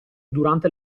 durante